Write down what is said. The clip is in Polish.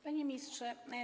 Panie Ministrze!